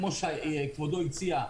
כמו שכבודו הציע,